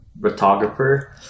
photographer